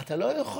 אתה לא יכול